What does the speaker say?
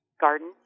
garden